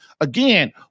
Again